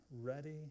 ready